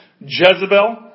Jezebel